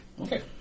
Okay